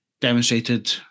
demonstrated